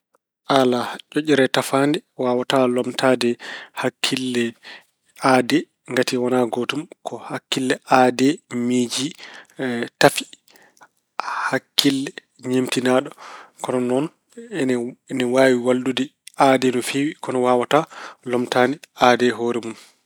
Alaa ƴoƴre tafaande waawaata lomtaade hakkille aade. Ngati wonaa gootum. Ko hakkille aade miiji tafi hakkille ñeemtinaaɗo. Kono noon ine- ene waawi wallude aade no feewi kono waawata lomtaade aade hoore mun.